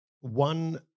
one